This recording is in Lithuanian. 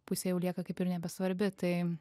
pusė jau lieka kaip ir nebesvarbi tai